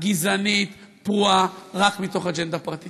להסתה גזענית, פרועה, רק מתוך אג'נדה פרטית.